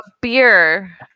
beer